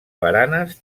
baranes